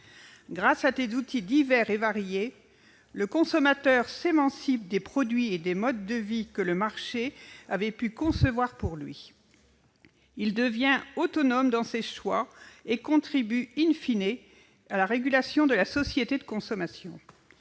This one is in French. Grâce à des outils divers et variés, le consommateur s'émancipe des produits et des modes de vie que le marché avait pu concevoir pour lui. Il devient autonome dans ses choix et contribue à la régulation de la société de consommation.